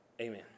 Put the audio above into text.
Amen